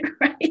right